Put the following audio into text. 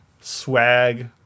swag